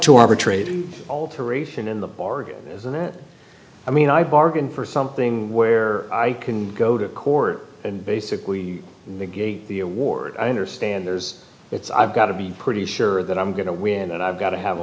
arbitrate alteration in the bargain and that i mean i bargain for something where i can go to court and basically negate the award i understand there's it's i've got to be pretty sure that i'm going to win and i've got to have a